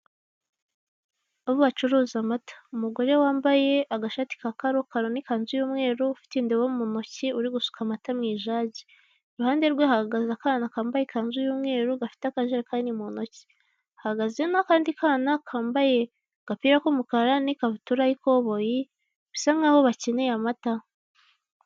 Aho bacuruza amata umugore wambaye agashati ka karokaro n'ikanzu y'umweru ufite indobo mu ntoki uri gusuka amata mu ijagi, iruhande rwe hahagaze akana kambaye ikanzu y'umweru gafite akajerekani mu ntoki, hahagaze n'akandi kana kambaye agapira k'umukara n'ikabutura y'ikoboyi bisa nk'aho bakeneye amata.